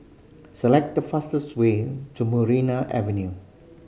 select the fastest way to Maria Avenue